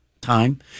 time